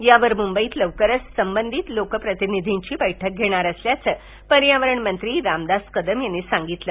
यावर मुंबईत लवकरच संबंधित लोकप्रतिनिधींची बैठक घेणार असल्याचं पर्यावरण मंत्री रामदास कदम यांनी सांगितलं